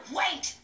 wait